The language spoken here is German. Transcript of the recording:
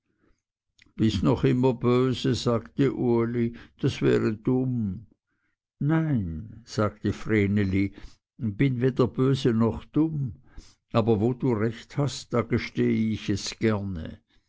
bist noch immer böse sagte uli das wäre dumm nein sagte vreneli bin weder böse noch dumm aber wo du recht hast da gestehe ich es gerne